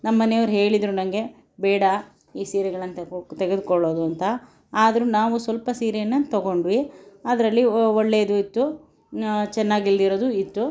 ನಮ್ಮ ಮನೆಯವರು ಹೇಳಿದರು ನನಗೆ ಬೇಡ ಈ ಸೀರೆಗಳನ್ನು ತೆಕೊಕ್ ತೆಗೆದುಕೊಳ್ಳೋದು ಅಂತ ಆದ್ರೆ ನಾವು ಸ್ವಲ್ಪ ಸೀರೆಯನ್ನು ತಗೊಂಡ್ವಿ ಅದರಲ್ಲಿ ಒಳ್ಳೆಯದು ಇತ್ತು ಚೆನ್ನಾಗಿಲ್ದೆ ಇರೋದು ಇತ್ತು